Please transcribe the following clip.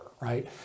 right